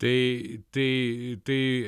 tai tai tai